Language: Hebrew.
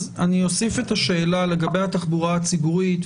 אז אוסיף את השאלה לגבי התחבורה הציבורית,